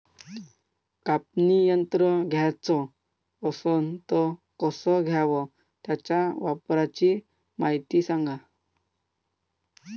कापनी यंत्र घ्याचं असन त कस घ्याव? त्याच्या वापराची मायती सांगा